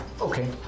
Okay